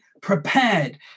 prepared